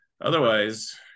otherwise